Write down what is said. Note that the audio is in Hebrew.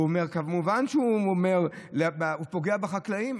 הוא פוגע בחקלאים.